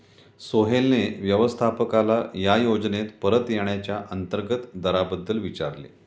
सोहेलने व्यवस्थापकाला या योजनेत परत येण्याच्या अंतर्गत दराबद्दल विचारले